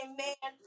Amen